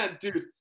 dude